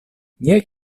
miaj